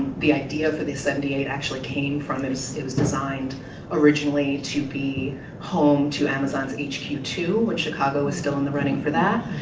the idea for the seventy eight actually came from, it was designed originally to be home to amazon's h q two which chicago is still in the running for that.